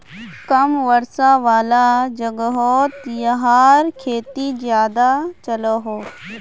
कम वर्षा वाला जोगोहोत याहार खेती ज्यादा चलोहो